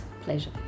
Pleasure